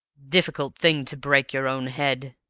difficult thing to break your own head,